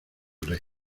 rey